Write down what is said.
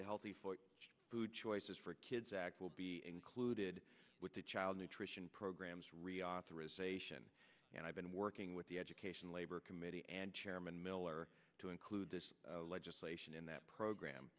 the healthy for food choices for kids will be included with the child nutrition programs reauthorization and i've been working with the education labor committee and chairman miller to include this legislation in that